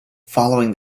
following